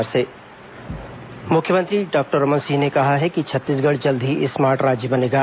मुख्यमंत्री द्र्ग मुख्यमंत्री डॉक्टर रमन सिंह ने कहा है कि छत्तीसगढ़ जल्द ही स्मार्ट राज्य बनेगा